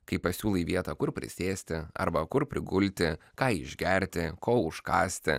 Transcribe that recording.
kai pasiūlai vietą kur prisėsti arba kur prigulti ką išgerti ko užkąsti